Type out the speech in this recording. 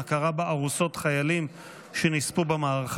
שלילת קצבאות בעד ילד הנמצא במאסר בשל עבירת טרור),